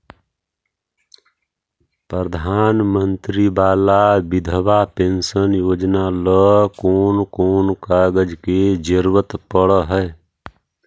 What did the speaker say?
प्रधानमंत्री बाला बिधवा पेंसन योजना ल कोन कोन कागज के जरुरत पड़ है?